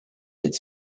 its